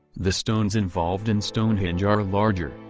the stones involved in stonehenge are larger,